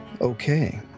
okay